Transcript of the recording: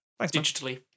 Digitally